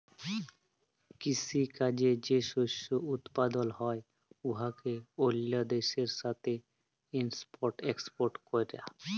কিসি কাজে যে শস্য উৎপাদল হ্যয় উয়াকে অল্য দ্যাশের সাথে ইম্পর্ট এক্সপর্ট ক্যরা